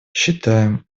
считаем